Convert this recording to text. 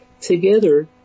Together